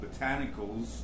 botanicals